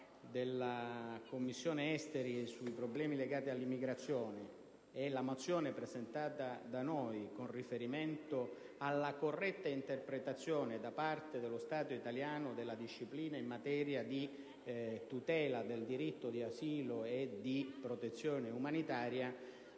della Commissione affari esteri sui problemi legati all'immigrazione con quello sulla mozione da noi presentata con riferimento alla corretta interpretazione da parte dello Stato italiano della disciplina in materia di tutela del diritto di asilo e di protezione umanitaria